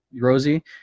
rosie